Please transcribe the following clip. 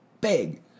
big